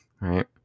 right